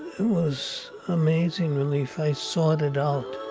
it was amazing relief. i sought it out